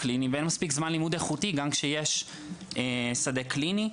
קליניים ואין מספיק זמן לימוד איכותי גם כשיש שדה קליני.